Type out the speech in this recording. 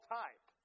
type